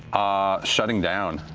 ah shutting down.